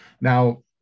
Now